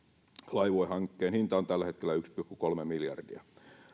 laivuehankkeen hinta on tällä hetkellä yksi pilkku kolme miljardia